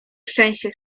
szczęście